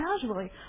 casually